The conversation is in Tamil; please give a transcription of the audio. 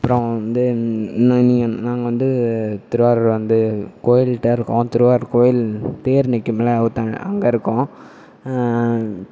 அப்புறோம் வந்து நீங்கள் நாங்கள் வந்து திருவாரூர் வந்து கோவில் தேர் இருக்கும் அந் திருவாரூர் கோவில் தேர் நிற்கும்ல ஒருத்தங்க அங்கே இருக்கோம்